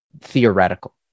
theoretical